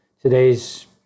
Today's